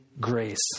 grace